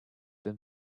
been